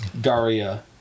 Daria